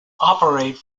operate